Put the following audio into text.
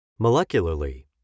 Molecularly